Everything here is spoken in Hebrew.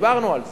דיברנו על זה.